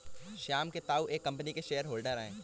श्याम के ताऊ एक कम्पनी के शेयर होल्डर हैं